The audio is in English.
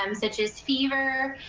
um such as fever,